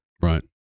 right